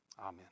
amen